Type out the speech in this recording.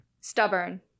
Stubborn